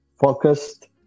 focused